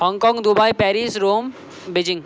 Hong Kong Dubai Paris Rome Beijing